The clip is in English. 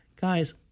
guys